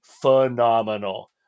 phenomenal